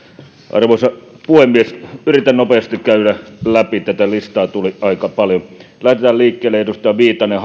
arvoisa puhemies yritän nopeasti käydä läpi tätä listaa tuli aika paljon lähdetään liikkeelle edustaja viitanen